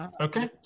Okay